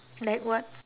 like what